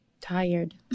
tired